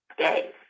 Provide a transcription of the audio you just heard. Okay